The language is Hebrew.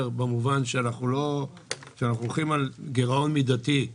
במובן שאנחנו הולכים על גירעון מידתי,